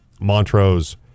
Montrose